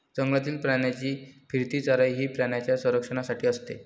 जंगलातील प्राण्यांची फिरती चराई ही प्राण्यांच्या संरक्षणासाठी असते